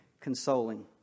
consoling